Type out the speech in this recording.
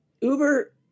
Uber